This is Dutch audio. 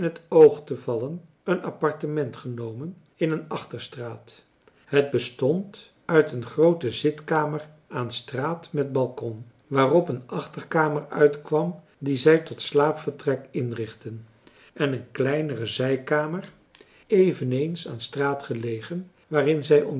oog te vallen een appartement genomen in een achterstraat het bestond uit een groote zitkamer aan straat met balcon waarop een achterkamer uitkwam die zij tot slaapvertrek inrichtten en een kleinere zijkamer eveneens aan straat gelegen waarin zij